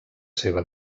seva